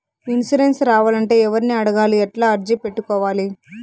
Insurance రావాలంటే ఎవర్ని అడగాలి? ఎట్లా అర్జీ పెట్టుకోవాలి?